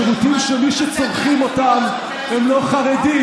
שירותים שמי שצורכים אותם הם לא חרדים,